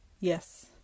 Yes